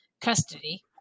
custody